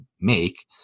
make